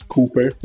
Cooper